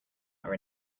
are